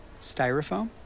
styrofoam